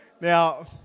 Now